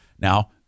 Now